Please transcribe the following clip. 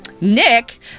Nick